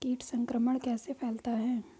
कीट संक्रमण कैसे फैलता है?